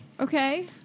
Okay